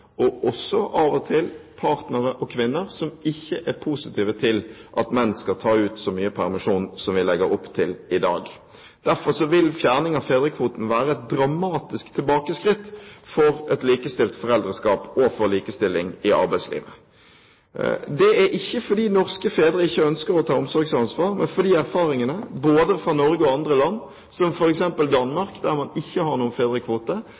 og også av og til partnere og kvinner – som ikke er positive til at menn skal ta ut så mye permisjon som det vi legger opp til i dag. Derfor vil fjerning av fedrekvoten være et dramatisk tilbakeskritt for et likestilt foreldreskap og for likestilling i arbeidslivet. Det er ikke fordi norske fedre ikke ønsker å ta omsorgsansvar, men fordi erfaringene både fra Norge og fra andre land – som f.eks. Danmark, der man ikke har noen fedrekvote